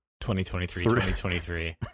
2023-2023